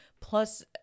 plus